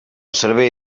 servei